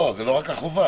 זה לא רק החובה,